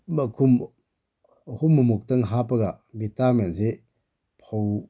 ꯃꯈꯨꯝ ꯑꯍꯨꯝ ꯃꯃꯨꯛꯇꯪ ꯍꯥꯞꯄꯒ ꯕꯤꯇꯥꯃꯤꯟꯁꯤ ꯐꯧ